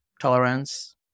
tolerance